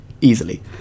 easily